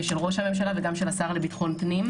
של ראש הממשלה וגם של השר לביטחון פנים.